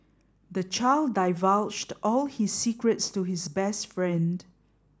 the child divulged all his secrets to his best friend